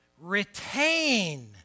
retain